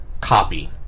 copy